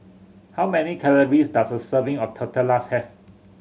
how many calories does a serving of Tortillas have